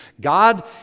God